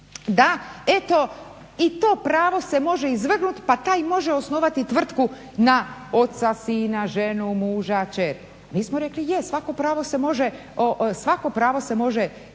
da eto i to pravo se može izvrgnuti pa taj može osnovati tvrtku na oca, sina, ženu, muža, kćer. Mi smo rekli je, svako pravo se može